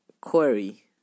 query